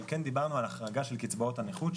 אבל כן דיברנו על החרגה של קצבאות הנכות,